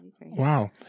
Wow